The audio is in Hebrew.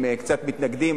הם קצת מתנגדים,